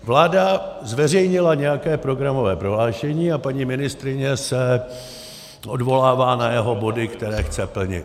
Vláda zveřejnila nějaké programové prohlášení a paní ministryně se odvolává na jeho body, které chce plnit.